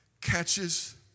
catches